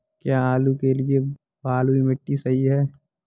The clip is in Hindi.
क्या आलू के लिए बलुई मिट्टी सही है?